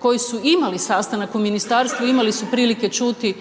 koji su imali sastanak u ministarstvu, imali su prilike čuti